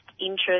interest